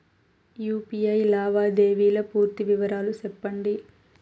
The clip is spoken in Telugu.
యు.పి.ఐ లావాదేవీల పూర్తి వివరాలు సెప్పండి?